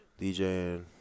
DJing